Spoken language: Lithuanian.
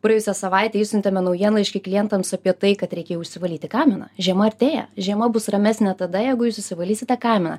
praėjusią savaitę išsiuntėme naujienlaiškį klientams apie tai kad reikia jau išsivalyti kaminą žiema artėja žiema bus ramesnė tada jeigu jūs išsivalysite kaminą